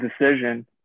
decision